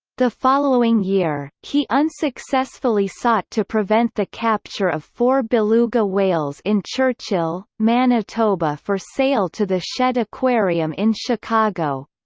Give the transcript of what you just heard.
the following year, he unsuccessfully sought to prevent the capture of four beluga whales in churchill, manitoba for sale to the shedd aquarium in chicago.